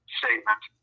statement